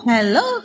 Hello